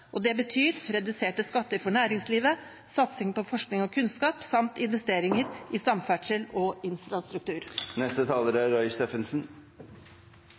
Det betyr reduserte skatter for næringslivet, satsing på forskning og kunnskap samt investeringer i samferdsel og infrastruktur.